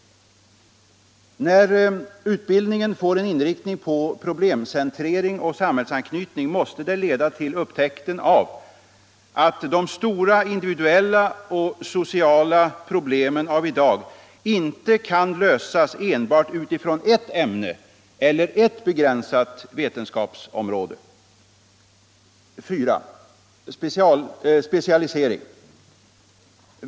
När utbildningen får en inriktning på problemcentrering och samhällsanknytning måste det leda till upptäckten av att de stora individuella och sociala problemen av i dag inte kan lösas enbart utifrån ers ämhe eller ers begränsat vetenskapsområde. 4. Specialisering.